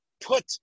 put